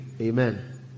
amen